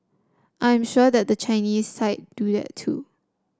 I am sure that the Chinese side do that too